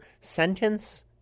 sentence